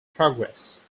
progress